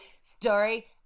Story